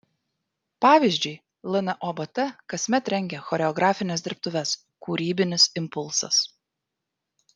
pavyzdžiui lnobt kasmet rengia choreografines dirbtuves kūrybinis impulsas